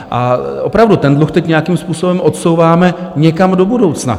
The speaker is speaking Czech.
A opravdu, ten dluh teď nějakým způsobem odsouváme někam do budoucna.